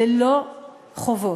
ללא חובות,